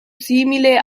simile